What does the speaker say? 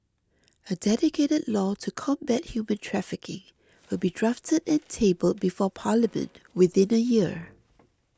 a dedicated law to combat human trafficking will be drafted and tabled before Parliament within a year